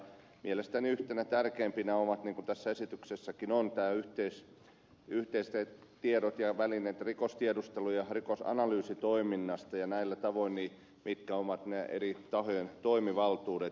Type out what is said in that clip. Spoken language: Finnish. mielestäni yhtenä tärkeimpänä seikkana on niin kuin tässä esityksessäkin on nämä yhteiset tiedot ja välineet rikostiedustelu ja rikosanalyysi toiminnasta ja se mitkä ovat eri tahojen toimivaltuudet